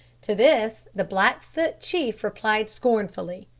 to this the blackfoot chief replied scornfully,